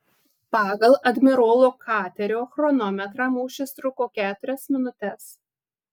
pagal admirolo katerio chronometrą mūšis truko keturias minutes